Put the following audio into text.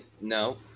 No